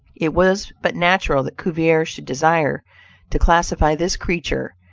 it was but natural that cuvier should desire to classify this creature,